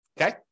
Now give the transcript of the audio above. Okay